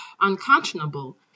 unconscionable